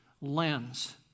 lens